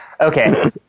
Okay